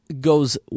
goes